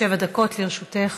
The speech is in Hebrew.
שבע דקות לרשותך.